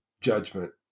judgment